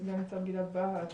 סגן ניצב גלעד בהט,